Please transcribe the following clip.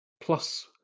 plus